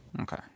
Okay